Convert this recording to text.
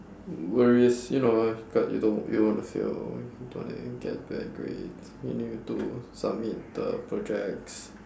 w~ worries you know you got you don't you don't want to fail you don't wanna get bad grades you need to submit the projects